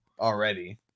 already